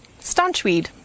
staunchweed